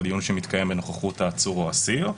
לדיון שמתקיים בנוכחות העצור או האסיר.